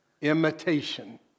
Imitation